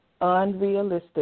unrealistic